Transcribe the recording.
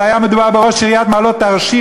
אלא היה מדובר בראש עיריית מעלות-תרשיחא,